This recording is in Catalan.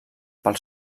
pel